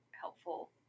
helpful